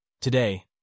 Today